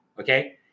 Okay